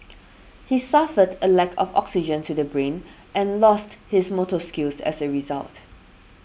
he suffered a lack of oxygen to the brain and lost his motor skills as a result